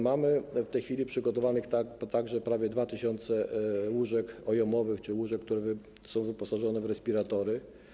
Mamy w tej chwili przygotowanych także prawie 2 tys. łóżek OIOM-owych, czyli łóżek, które są wyposażone w respiratory.